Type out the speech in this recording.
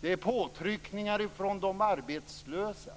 Det rör sig om påtryckningar från de arbetslösa,